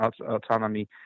autonomy